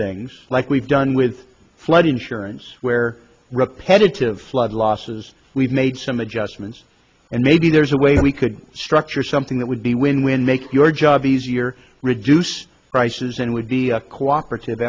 things like we've done with flood insurance where repetitive flood losses we've made some adjustments and maybe there's a way we could structure something that would be win win make your job easier reduce prices and would be a cooperative